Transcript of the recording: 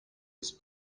his